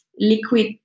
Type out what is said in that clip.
liquid